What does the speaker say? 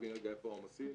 להבין איפה העומסים.